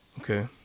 Okay